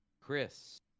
Chris